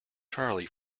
charlie